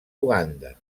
uganda